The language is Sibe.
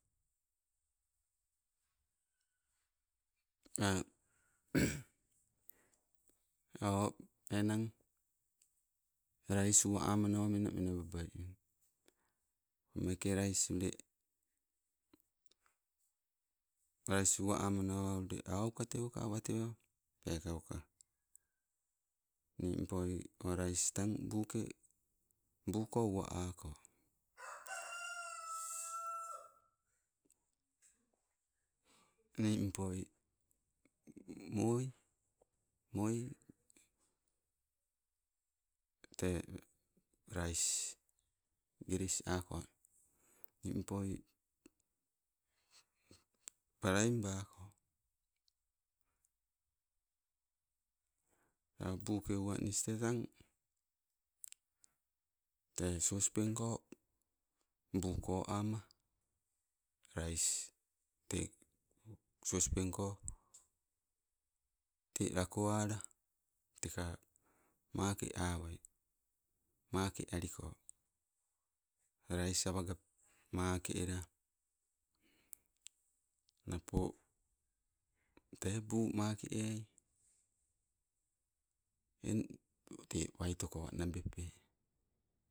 o enang, rais uwa amanawa menamena babai. O meeke rais ule, rais uwa amanawa ule aukateuka, awatewa peekauka nimpoi o rais tang buuke, buuko uwa ako nimpoi moi, moi tee rais giris ako. Nimpoi, palaimbako. O buuke uwanis tee tang, tee sospenko buu ko ama rais tee sospenko tee lako ala, teka maake awai, make ako. Rais awagapta maake ela napo tee buu maake eai, eng tee waitoko wanabepe